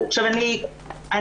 זה ברור.